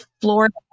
Florida